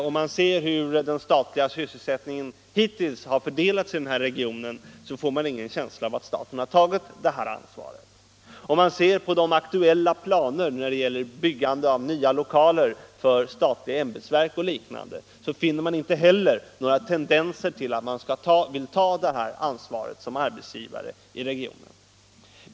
Om man ser på hur den statliga sysselsättningen hittills har fördelats i regionen får man ingen känsla av att staten har tagit något sådant ansvar. Och om man ser på de aktuella planerna när det gäller byggande av nya lokaler för statliga ämbetsverk och liknande finner man inte heller några tendenser mot ett sådant ansvarstagande av staten i egenskap av arbetsgivare i regionen.